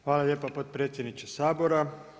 Hvala lijepa potpredsjedniče Sabora.